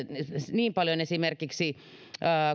niin paljon esimerkiksi